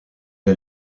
est